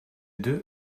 deux